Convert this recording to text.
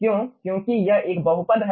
क्यों क्योंकि यह एक बहुपद है